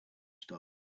star